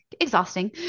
exhausting